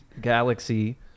Galaxy